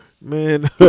Man